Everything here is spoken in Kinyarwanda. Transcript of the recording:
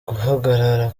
guhagarara